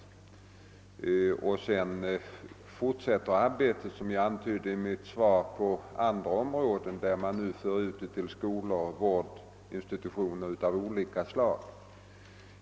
Som jag har antytt i mitt svar har arbetet sedan försöksvis fortsatt på andra områden — skolor och vårdinstitutioner av olika slag.